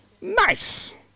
nice